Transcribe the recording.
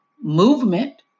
movement